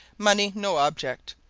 money no object.